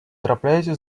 трапляються